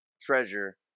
treasure